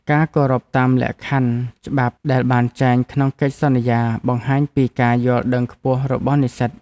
ការគោរពតាមលក្ខខណ្ឌច្បាប់ដែលបានចែងក្នុងកិច្ចសន្យាបង្ហាញពីការយល់ដឹងខ្ពស់របស់និស្សិត។